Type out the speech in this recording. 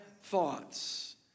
Thoughts